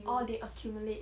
orh they accumulate